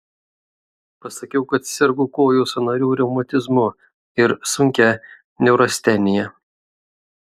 pasakiau kad sergu kojų sąnarių reumatizmu ir sunkia neurastenija